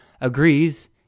agrees